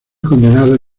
condenado